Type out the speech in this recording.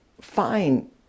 fine